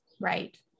Right